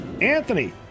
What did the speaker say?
Anthony